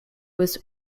with